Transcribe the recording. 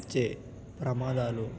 వచ్చే ప్రమాదాలు